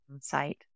site